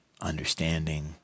understanding